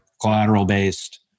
Collateral-based